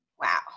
Wow